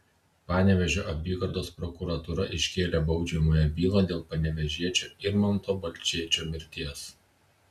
panevėžio apygardos prokuratūra iškėlė baudžiamąją bylą dėl panevėžiečio irmanto balčėčio mirties